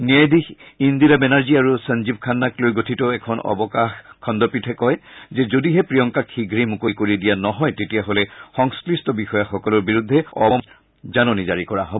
ন্যায়াধীশ ইন্দিৰা বেনাৰ্জী আৰু সঞ্জীৱ খান্নাক লৈ গঠিত এখন অৱকাশ খণ্ডপীঠে কয় যে যদিহে প্ৰিয়ংকাক শীঘ্ৰেই মুকলি কৰি দিয়া নহয় তেতিয়াহলে সংশ্লিষ্ট বিষয়াসকলৰ বিৰুদ্ধে অৱমাননাৰ জাননী জাৰি কৰা হ'ব